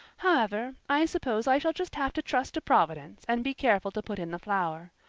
however, i suppose i shall just have to trust to providence and be careful to put in the flour.